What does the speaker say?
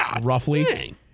roughly